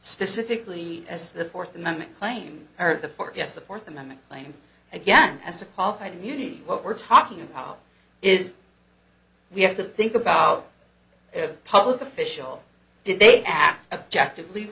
specifically as the fourth amendment claim the fourth yes the fourth amendment claim again as to qualified immunity what we're talking about is we have to think about a public official did they ask objective leave